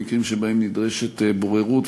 במקרים שבהם נדרשת בוררות.